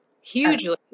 Hugely